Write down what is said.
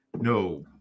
no